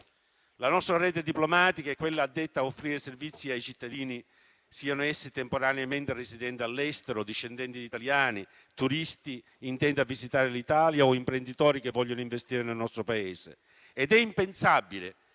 La nostra rete diplomatica è quella addetta a offrire servizi ai cittadini, siano essi temporaneamente residenti all'estero, discendenti di italiani, turisti intenti a visitare l'Italia o imprenditori che vogliono investire nel nostro Paese ed è impensabile